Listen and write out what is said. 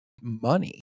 money